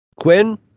Quinn